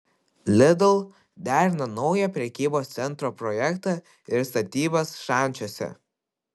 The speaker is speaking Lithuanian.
lidl derina naują prekybos centro projektą ir statybas šančiuose